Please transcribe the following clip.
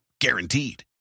Guaranteed